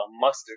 mustard